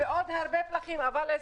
ועוד הרבה פלחים באוכלוסייה,